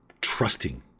trusting